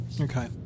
Okay